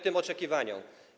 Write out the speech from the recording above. tym oczekiwaniom.